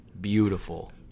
beautiful